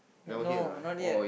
have no not yet